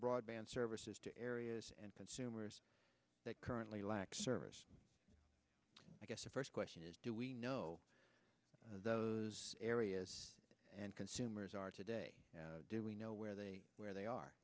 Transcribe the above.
broadband services to areas and consumers that currently lack service i guess the first question is do we know those areas and consumers are today do we know where they where they are